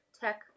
tech